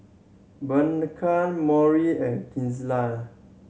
Blanca and